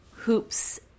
Hoops